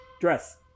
Dress